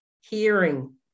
hearing